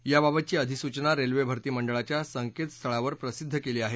याबाबतची अधिसृचना रेल्वे भरती मंडळाच्या संकेतस्थळावर प्रसिद्ध केली आहे